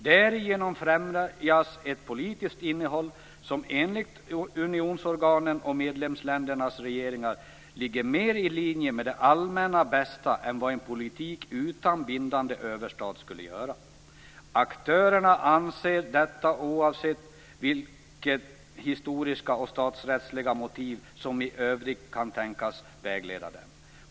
Därigenom främjas ett politiskt innehåll, som - enligt unionsorganen och medlemsländernas regeringar - ligger mer i linje med det allmänna bästa än vad en politik utan bindande överstat skulle göra. Aktörerna anser detta oavsett vilka historiska och statsrättsliga motiv som i övrigt kan tänkas vägleda dem.